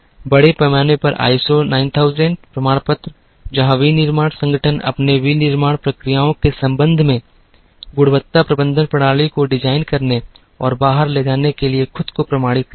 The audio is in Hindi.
बड़े पैमाने पर आईएसओ 9000 प्रमाणपत्र जहां विनिर्माण संगठन अपने विनिर्माण प्रक्रियाओं के संबंध में गुणवत्ता प्रबंधन प्रणाली को डिजाइन करने और बाहर ले जाने के लिए खुद को प्रमाणित करते हैं